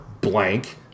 blank